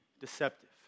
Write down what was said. deceptive